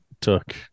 took